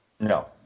No